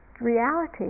reality